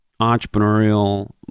entrepreneurial